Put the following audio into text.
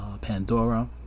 Pandora